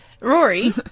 Rory